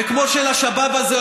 וכמו שהשבאב הזה,